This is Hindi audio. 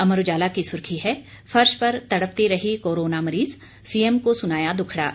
अमर उजाला की सुर्खी है फर्श पर तड़पती रही कोरोना मरीज सीएम को सुनाया दुखड़ा